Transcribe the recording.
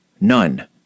None